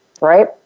Right